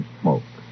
smoke